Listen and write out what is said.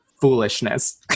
foolishness